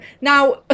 Now